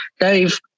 Dave